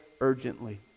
urgently